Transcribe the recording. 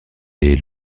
est